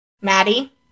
Maddie